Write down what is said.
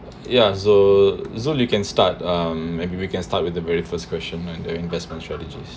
ya joe joe you can start um maybe we can start with the very first question in investment strategies